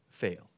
Fail